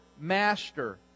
master